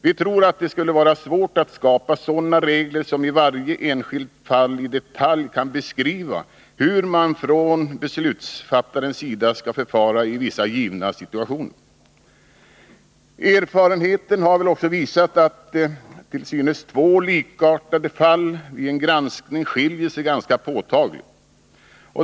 Vi tror att det skulle vara svårt att skapa sådana regler som i varje enskilt fall i detalj kan beskriva hur man från beslutsfattarens sida skall förfara i vissa givna situationer. Erfarenheten har väl visat att till synes två likartade fall vid en granskning skiljer sig ganska påtagligt.